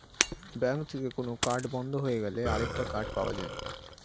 bank থেকে কোন card বন্ধ হয়ে গেলে আরেকটা কার্ড পাওয়া যায়